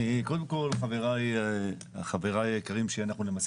קודם כל חבריי היקרים שאנחנו למעשה